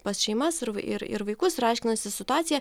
pas šeimas ir ir vaikus ir aiškinasi situaciją